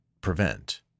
prevent